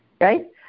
right